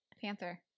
Panther